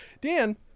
Dan